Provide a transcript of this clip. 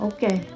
Okay